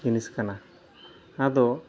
ᱡᱤᱱᱤᱥ ᱠᱟᱱᱟ ᱟᱫᱚ